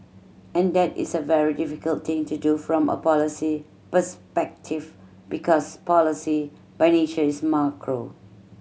and that is a very difficult thing to do from a policy perspective because policy by nature is macro